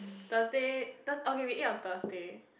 Thursday Thurs~ okay we ate on Thursday